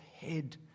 head